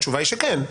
התשובה היא שכן,